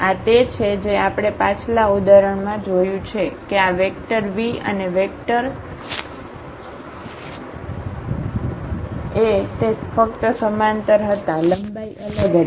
આ તે છે જે આપણે પાછલા ઉદાહરણમાં જોયું છે કે આ વેક્ટર v અને વેક્ટર એવ તે ફક્ત સમાંતર હતા લંબાઈ અલગ હતી